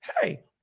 Hey